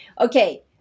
Okay